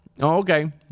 Okay